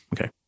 Okay